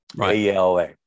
ALA